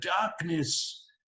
darkness